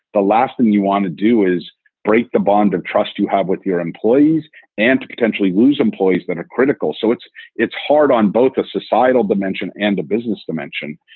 the last thing you want to do is break the bond of trust you have with your employees and potentially lose employees that are critical. so it's it's hard on both a societal dimension and a business dimension.